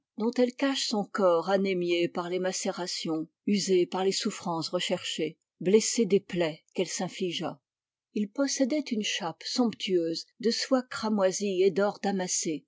dont elle cache son corps anémié par les macérations usé par les souffrances recherchées blessé des plaies qu'elle s'infligea il possédait une chape somptueuse de soie cramoisie et d'or